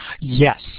Yes